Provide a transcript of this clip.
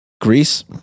Greece